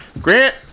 Grant